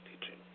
teaching